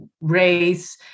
race